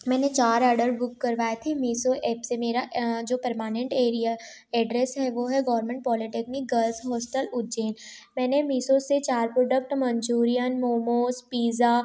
मैंने चार order book करवाए थे मीशो ऐप से मेरा जो परमानेंट एरिया एड्रेस है वो है government polytechnic girls hostel Ujjain मैंने मीशो से चार प्रोडक्ट मंचूरियन मोमोज़ पीज़्ज़ा